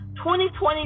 2020